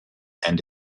and